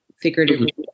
figuratively